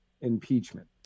impeachment